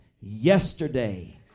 yesterday